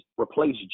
replace